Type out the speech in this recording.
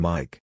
Mike